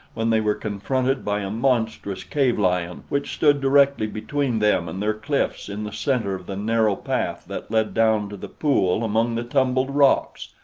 when they were confronted by a monstrous cave-lion which stood directly between them and their cliffs in the center of the narrow path that led down to the pool among the tumbled rocks.